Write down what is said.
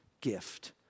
gift